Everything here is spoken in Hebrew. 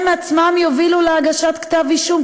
הם עצמם יובילו להגשת כתב אישום,